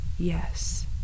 Yes